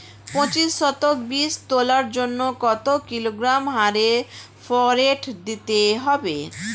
পঁচিশ শতক বীজ তলার জন্য কত কিলোগ্রাম হারে ফোরেট দিতে হবে?